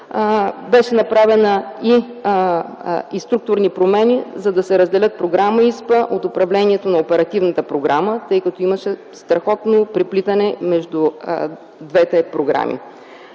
Беше направена и структурна промяна, за да се разделят програма ИСПА от управлението на оперативната програма, тъй като имаше страхотно преплитане между двете програми.